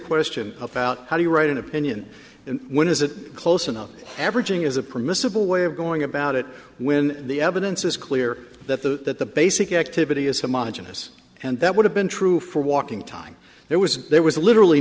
question about how do you write an opinion and when is it close enough averaging is a permissible way of going about it when the evidence is clear that the that the basic activity is homogenous and that would have been true for walking time there was there was literally